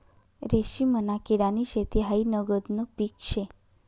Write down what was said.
रेशीमना किडानी शेती हायी नगदनं पीक शे